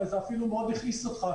וזה אפילו מאוד הכעיס אותך,